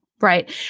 Right